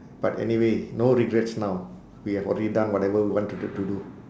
but anyway no regrets now we have already done whatever we want to to do